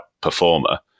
performer